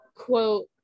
quote